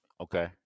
Okay